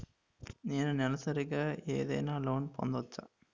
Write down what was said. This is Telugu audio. నేను నెలసరిగా ఏదైనా లోన్ పొందవచ్చా?